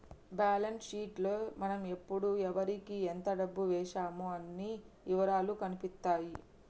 balance sheet లో మనం ఎప్పుడు ఎవరికీ ఎంత డబ్బు వేశామో అన్ని ఇవరాలూ కనిపిత్తాయి